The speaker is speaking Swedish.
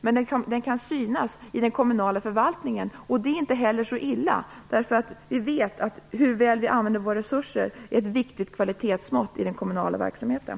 Men den kan synas i den kommunala förvaltningen, och det är inte heller så illa. Vi vet att hur väl vi använder våra resurser är ett viktigt kvalitetsmått i den kommunala verksamheten.